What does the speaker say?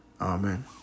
Amen